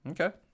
Okay